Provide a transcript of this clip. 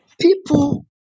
people